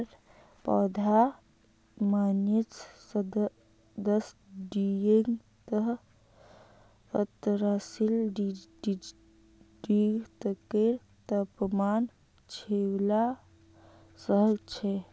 पिस्तार पौधा माइनस दस डिग्री स अड़तालीस डिग्री तकेर तापमान झेलवा सख छ